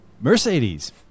Mercedes